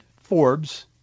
Forbes